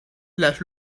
las